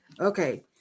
Okay